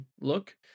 look